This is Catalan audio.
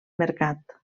mercat